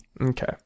Okay